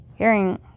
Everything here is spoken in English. hearing